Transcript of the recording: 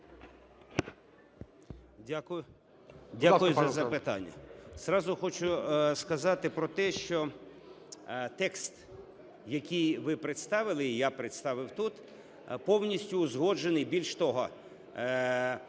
Дякую за запитання.